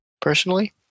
personally